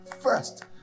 first